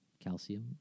Calcium